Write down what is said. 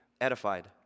edified